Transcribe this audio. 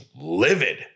livid